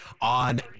On